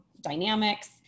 dynamics